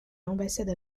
l’ambassade